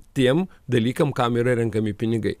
tiem dalykam kam yra renkami pinigai